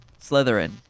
Slytherin